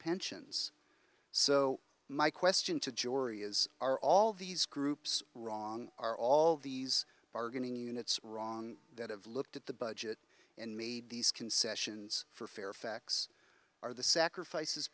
pensions so my question to jory is are all of these groups wrong are all these bargaining units wrong that have looked at the budget and made these concessions for fairfax are the sacrifices